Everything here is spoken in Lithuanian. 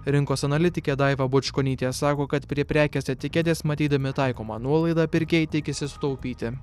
rinkos analitikė daiva bučkonytė sako kad prie prekės etiketės matydami taikomą nuolaidą pirkėjai tikisi sutaupyti